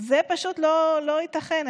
זה פשוט לא ייתכן.